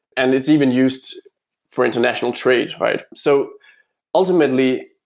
and it's even used for international trade, right? so ultimately,